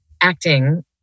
acting